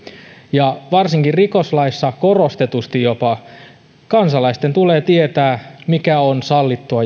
ja varsinkin rikoslaissa jopa korostetusti kansalaisten tulee tietää mikä on sallittua